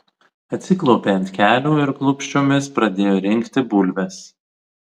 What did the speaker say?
atsiklaupė ant kelių ir klūpsčiomis pradėjo rinkti bulves